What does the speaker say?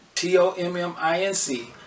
T-O-M-M-I-N-C